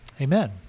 Amen